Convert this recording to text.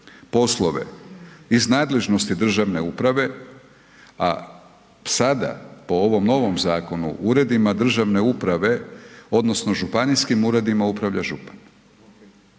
poslove iz nadležnosti državne uprave a sada po ovom novim zakonu, uredima državne uprave odnosno županijskim uredima, upravlja župan.